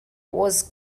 was